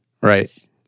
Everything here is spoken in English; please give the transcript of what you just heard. Right